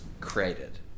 created